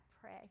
pray